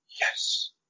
yes